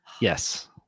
Yes